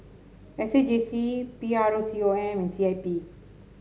S A J C P R O C O M and C I P